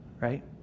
Right